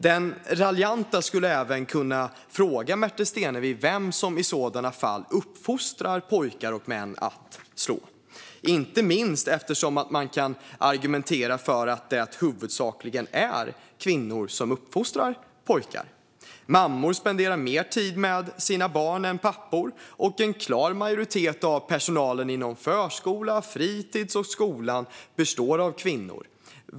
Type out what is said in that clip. Den raljanta skulle även kunna fråga Märta Stenevi vem som i så fall uppfostrar pojkar och män att slå, inte minst eftersom det huvudsakligen är kvinnor som uppfostrar pojkar. Mammor spenderar mer tid med sina barn än vad pappor gör, och en klar majoritet av personalen inom förskola, fritis och skola består av kvinnor.